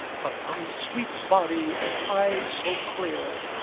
but thy sweet body and eyes so clear,